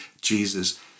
Jesus